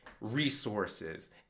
resources